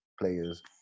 players